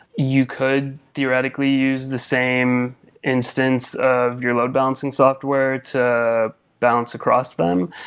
you could theoretically use the same instance of your load-balancing software to balance across them,